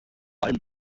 allem